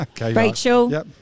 Rachel